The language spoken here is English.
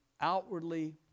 outwardly